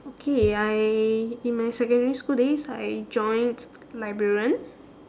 okay I in my secondary school days I joined librarian